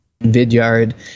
Vidyard